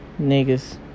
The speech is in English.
Niggas